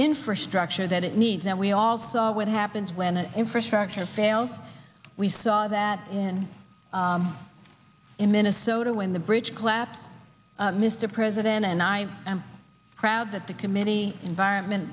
infrastructure that it needs and we all saw what happens when an infrastructure fails we saw that and in minnesota when the bridge collapsed mr president and i am proud that the committee environment